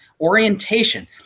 orientation